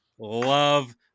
love